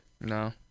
No